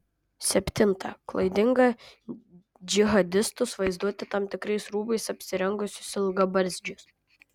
septinta klaidinga džihadistus vaizduoti tam tikrais rūbais apsirengusius ilgabarzdžius